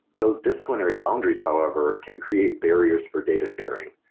those disciplinary boundaries however can create barriers for data sharing,